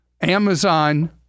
Amazon